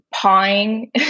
pawing